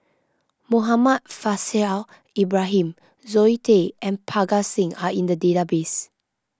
Muhammad Faishal Ibrahim Zoe Tay and Parga Singh are in the database